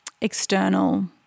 external